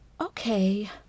Okay